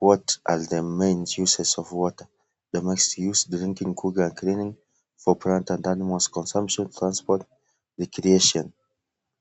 What are the main uses of water, domestic use, drinking, cleaning ,for plants and animal consumption, transport, recreation .